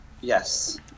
Yes